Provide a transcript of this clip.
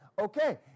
Okay